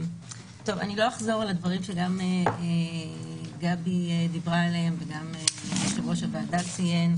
אני לא אחזור על הדברים שגם גבי דיברה עליהם וגם יושב-ראש הוועדה ציין,